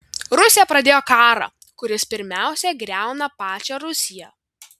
rusija pradėjo karą kuris pirmiausia griauna pačią rusiją